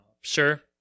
Sure